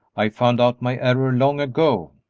i found out my error long ago,